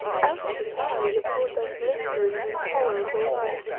out of this eye there poured that blistering and intolerable light.